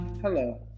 Hello